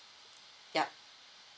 yup